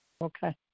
Okay